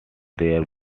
there